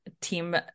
team